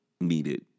needed